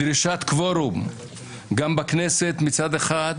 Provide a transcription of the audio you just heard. דרישת קוורום גם בכנסת מצד אחד,